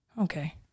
Okay